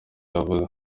yavuze